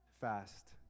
fast